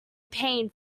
pain